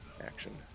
action